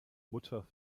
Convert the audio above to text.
mutter